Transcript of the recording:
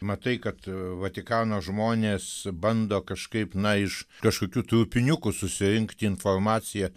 matai kad vatikano žmonės bando kažkaip na iš kažkokių trupiniukų susirinkti informaciją